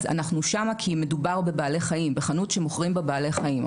אז אנחנו שם כי מדובר בחנות שמוכרים בה בעלי חיים,